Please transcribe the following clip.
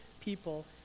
people